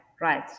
Right